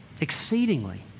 exceedingly